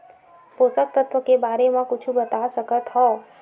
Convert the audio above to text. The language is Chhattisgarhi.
पोषक तत्व के बारे मा कुछु बता सकत हवय?